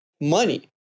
money